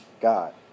God